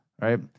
right